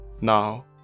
now